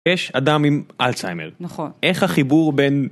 יש אדם עם אלצהיימר. נכון. איך החיבור בין...